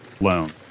Loan